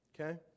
Okay